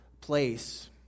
place